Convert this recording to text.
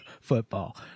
football